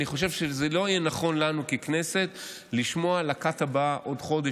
אני חושב שזה לא יהיה נכון לנו ככנסת לשמוע על הכת הבאה עוד חודש,